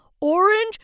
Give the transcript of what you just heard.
orange